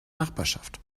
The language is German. nachbarschaft